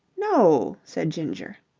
no! said ginger.